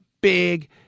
big